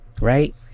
Right